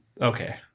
Okay